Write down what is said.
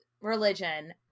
religion